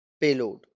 Payload